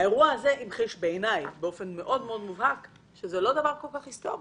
האירוע הזה המחיש באופן מאוד מאוד מובהק שזה לא דבר כל כך היסטורי,